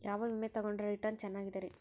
ಯಾವ ವಿಮೆ ತೊಗೊಂಡ್ರ ರಿಟರ್ನ್ ಚೆನ್ನಾಗಿದೆರಿ?